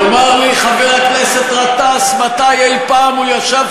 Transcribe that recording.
יאמר לי חבר הכנסת גטאס מתי אי-פעם הוא ישב